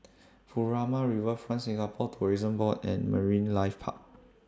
Furama Riverfront Singapore Tourism Board and Marine Life Park